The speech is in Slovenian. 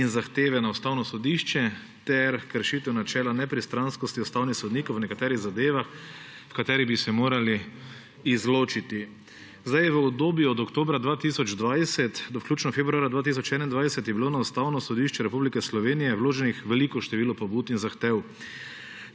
in zahteve na Ustavno sodišče ter kršitev načela nepristranskosti ustavnih sodnikov v nekaterih zadevah, v katerih bi se morali izločiti. V obdobju od oktobra 2020 do vključno februarja 2021 je bilo na Ustavno sodišče Republike Slovenije vloženih veliko število pobud in zahtev